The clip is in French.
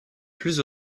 plus